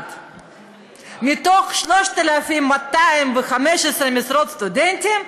1%. מתוך 3,215 משרות סטודנטים,